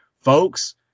folks